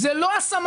זאת לא השמה.